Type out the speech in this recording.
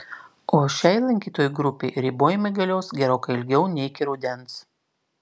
o šiai lankytojų grupei ribojimai galios gerokai ilgiau nei iki rudens